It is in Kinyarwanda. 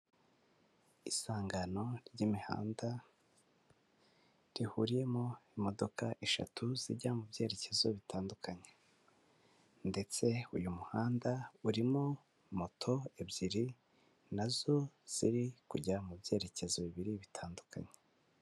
Isangano ry'imihanda rihuriyemo imodoka eshatu zijya mu byerekezo bitandukanye ndetse uyu muhanda urimo moto ebyiri nazo ziri kujya mu byerekezo bibiri bitandukanye.